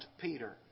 Peter